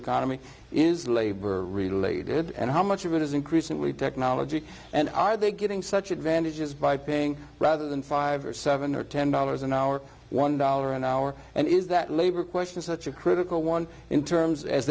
economy is labor related and how much of it is increasingly technology and are they getting such advantages by paying rather than five or seven or ten dollars an hour one dollar an hour and is that labor question such a critical one in terms as